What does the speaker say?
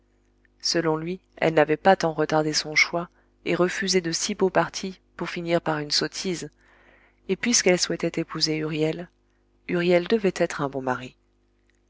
selon lui elle n'avait pas tant retardé son choix et refusé de si beaux partis pour finir par une sottise et puisqu'elle souhaitait épouser huriel huriel devait être un bon mari